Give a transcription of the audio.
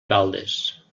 baldes